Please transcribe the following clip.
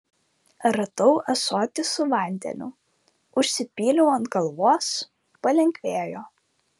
radau ąsotį su vandeniu užsipyliau ant galvos palengvėjo